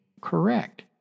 correct